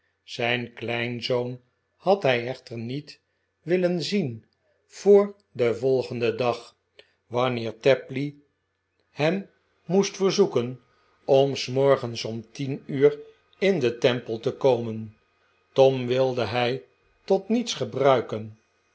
zijn kleinzoon had hij echter niet willen zien voor den volgenden dag wanneer tapley hem moest verzoeken om s morgens om tien uur in den temple te komen tom wilde hij tot niets gebruiken